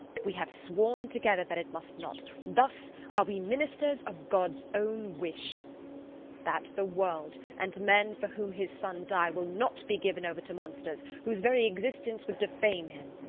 we have sworn together that it must not. thus are we ministers of god's own wish that the world, and men for whom his son die, will not be given over to monsters, whose very existence would defame him.